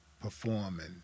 performing